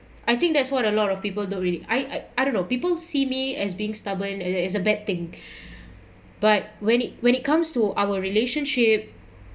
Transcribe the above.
I think that's what a lot of people don't really I I don't know people see me as being stubborn and that is a bad thing but when it when it comes to our relationship